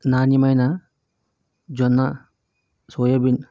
నాణ్యమైన జొన్నా soya been